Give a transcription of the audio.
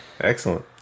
Excellent